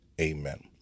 Amen